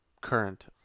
current